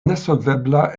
nesolvebla